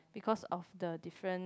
because of the different